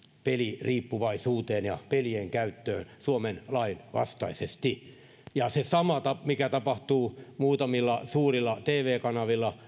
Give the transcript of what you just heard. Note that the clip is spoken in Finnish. peliriippuvaisuuteen ja pelien käyttöön suomen lain vastaisesti ja se sama mikä tapahtuu muutamilla suurilla tv kanavilla